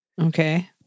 Okay